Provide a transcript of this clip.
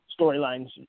storylines